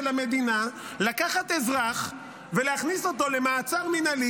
המדינה לקחת אזרח ולהכניס אותו למעצר מינהלי,